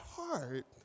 heart